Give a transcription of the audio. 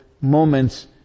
moments